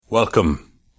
Welcome